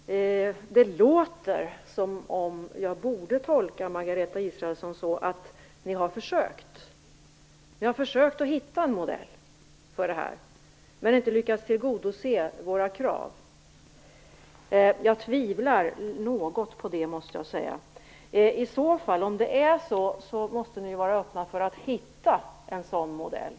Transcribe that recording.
Fru talman! Det låter som om jag borde tolka Margareta Israelsson så att ni har försökt att hitta en modell för det här, men att ni inte lyckats tillgodose våra krav. Jag måste säga att jag tvivlar något på det. Om det är på det sättet måste ni ju vara öppna för att hitta en sådan modell.